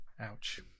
Ouch